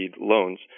loans